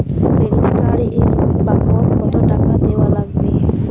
Credit card এর বাবদ কতো টাকা দেওয়া লাগবে?